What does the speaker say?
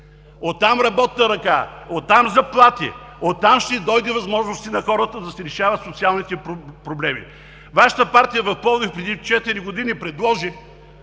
от там работна ръка, от там заплати, от там ще дойдат възможности на хората да си решават социалните проблеми. Вашата партия в Пловдив преди четири години предложи